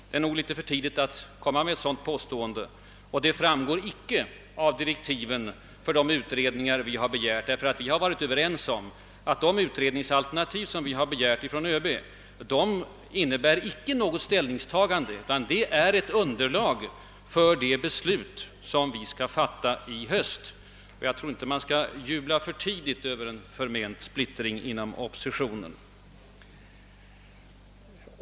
Det är nog litet för tidigt att komma med ett sådant påstående; det framgår icke av direktiven för de begärda utredningarna, ty vi har varit överens om att de utredningsalternativ som vi begärt av överbefälhavaren inte innebär något ställningstagande utan att de skall utgöra underlag för de beslut som vi skall fatta i höst. Jag tror inte man skall jubla för tidigt över förment splittring inom oppositionen.